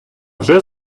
вже